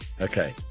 Okay